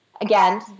Again